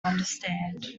understand